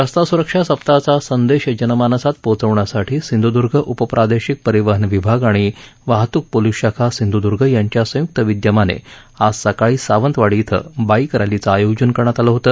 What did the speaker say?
रस्ता सुरक्षा सप्ताहाचा संदेश जनमानसात पोचवण्यासाठी सिंधुदुर्ग उपप्रादेशिक परिवहन विभाग आणि वाहतुक पोलीस शाखा सिंधूदर्ग यांच्या संयुक्त विदयमान आज सकाळी सावंतवाडी क्वि बाईक रॅलीच आयोजन करण्यात आल होत